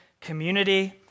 community